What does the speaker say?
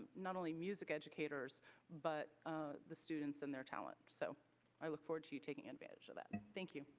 not only music educators but the students and their talents. so i look forward to you taking advantage of that. thank you.